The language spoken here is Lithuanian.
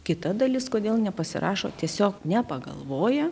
kita dalis kodėl nepasirašo tiesiog nepagalvoja